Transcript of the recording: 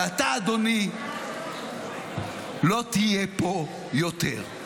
ואתה, אדוני, לא תהיה פה יותר.